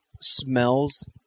smells